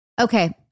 Okay